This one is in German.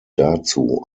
dazu